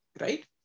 right